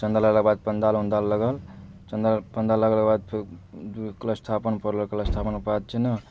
चन्दा लेलाके बाद पण्डाल ऊण्डाल लागल चन्दा पण्डाल लगलाके बाद फेर कलशस्थापन परल कलशस्थापनके बाद छै ने